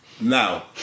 now